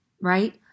right